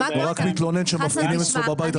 הוא רק מתלונן שמפגינים אצלו בבית על קורונה.